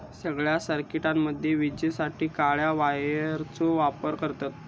सगळ्या सर्किटामध्ये विजेसाठी काळ्या वायरचो वापर करतत